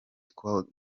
twose